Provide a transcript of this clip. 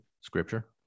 scripture